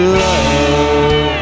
love